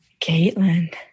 Caitlin